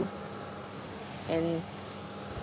and